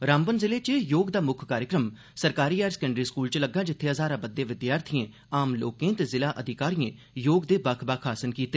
रामबन जिले च योग दा मुक्ख कार्यक्रम सरकारी हायर सकैंडरी स्कूल च लग्गा जित्थें हजारां बद्दे विद्यार्थिएं आम लोकें ते जिला अधिकारिएं योग दे बक्ख बक्ख आसन कीते